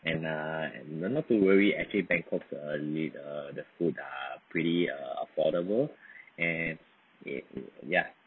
and uh and not not to worry actually bangkok uh lit~ uh the food are pretty uh affordable and ya